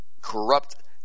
corrupt